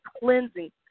cleansing